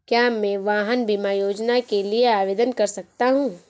क्या मैं वाहन बीमा योजना के लिए आवेदन कर सकता हूँ?